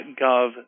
.gov